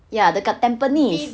ya dekat tampines